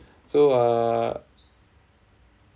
so uh